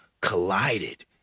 collided